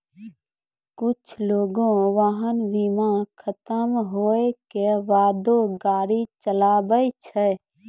कुछु लोगें वाहन बीमा खतम होय के बादो गाड़ी चलाबै छै